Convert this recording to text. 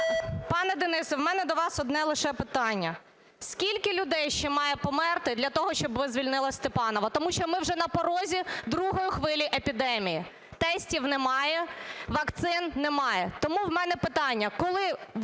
Пане Денисе, в мене до вас одне лише питання. Скільки людей ще має померти для того, щоб ви звільнили Степанова? Тому що ми вже на порозі другої хвилі епідемії, тестів немає, вакцин немає. Тому в мене питання: